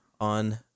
on